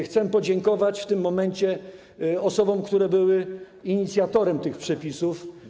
Chcę podziękować w tym momencie osobom, które były inicjatorami tych przepisów.